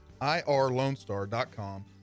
IRLoneStar.com